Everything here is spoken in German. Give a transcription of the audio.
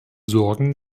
sorgen